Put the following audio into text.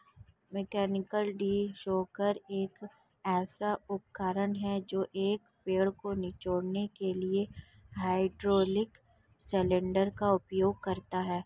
mechanical tree shaker एक ऐसा उपकरण है जो एक पेड़ को निचोड़ने के लिए हाइड्रोलिक सिलेंडर का उपयोग करता है